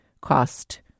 cost